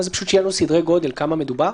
שיהיה לנו סדרי גודל בכמה מדובר.